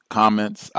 comments